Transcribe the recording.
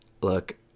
look